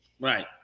Right